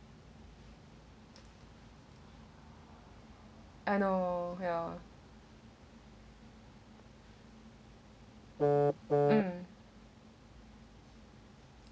and know ya um